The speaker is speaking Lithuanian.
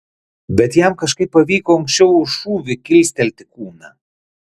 bet jam kažkaip pavyko anksčiau už šūvį kilstelti kūną